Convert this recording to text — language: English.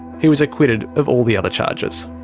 he was acquitted of all the other charges.